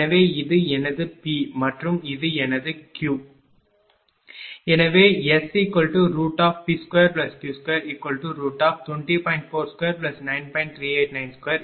எனவே இது எனது P மற்றும் இது எனது Q எனவே SP2Q220